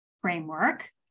framework